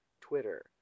Twitter